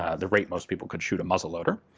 ah the rate most people could shoot a muzzle loader.